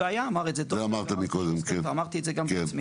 אמר זה את זה דולברג ואמרתי את זה גם בעצמי.